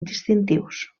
distintius